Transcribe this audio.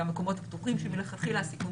שהמקומות הפתוחים שמלכתחילה הסיכון